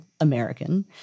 American